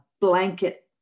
blanket